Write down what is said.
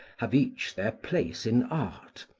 have each their place in art,